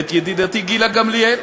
את ידידתי גילה גמליאל.